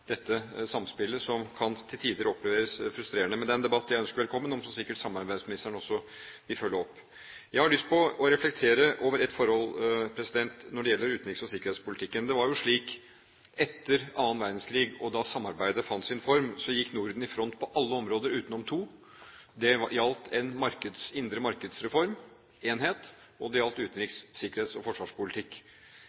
dette samspillet, som til tider kan oppleves som frustrerende. Men det er en debatt jeg ønsker velkommen, som sikkert samarbeidsministeren også vil følge opp. Jeg har lyst til å reflektere over et forhold når det gjelder utenriks- og sikkerhetspolitikken. Det var jo slik at etter den annen verdenskrig, da samarbeidet fant sin form, gikk Norden i front på alle områder, unntatt to. Det gjaldt en indre-marked-reform – enhet – og det gjaldt